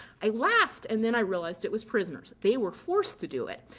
i laughed and then i realized it was prisoners. they were forced to do it.